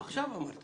אה, עכשיו אמרת.